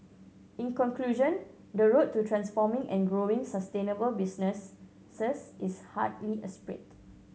in conclusion the road to transforming and growing sustainable business is hardly a sprint